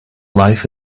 life